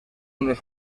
unos